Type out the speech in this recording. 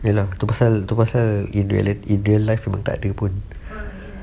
ya lah tu pasal tu pasal in real life tu tak ada pun